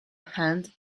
hand